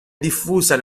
diffusa